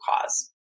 cause